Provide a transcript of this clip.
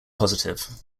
positive